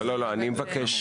לא, לא, אני מבקש.